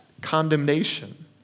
condemnation